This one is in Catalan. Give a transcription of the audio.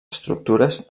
estructures